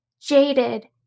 Jaded